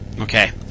Okay